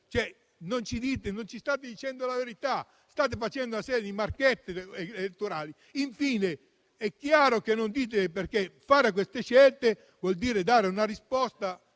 non ci state dicendo la verità. State facendo una serie di marchette elettorali. È chiaro che non parliate, perché fare queste scelte vorrebbe dire dare una risposta,